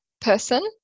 person